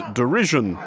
derision